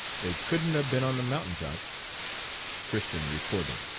they couldn't a been on the mountain top christian recorder.